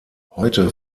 heute